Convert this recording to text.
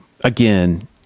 again